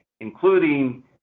including